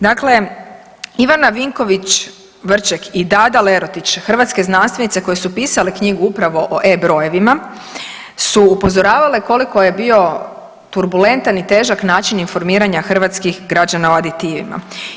Dakle, Ivana Vinković Vrček i Dada Lerotić hrvatske znanstvenice koje su pisale knjigu upravo o E brojevima su upozoravale koliko je bio turbulentan i težak način informiranja hrvatskih građana o aditivima.